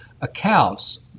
accounts